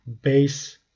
base